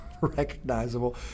recognizable